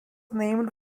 named